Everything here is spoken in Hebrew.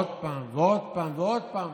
עוד פעם ועוד פעם.